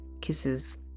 Kisses